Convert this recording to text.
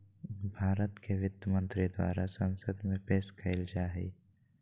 भारत के वित्त मंत्री द्वारा संसद में पेश कइल जा हइ